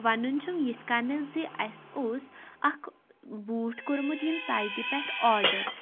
وَنُن چھُم یِتھ کنِیٚتھ زِ اَسہِ اوس اَکھ بوٗٹھ کوٚرمُت ییٚمہِ سایٹہِ پٮ۪ٹھ آرڈر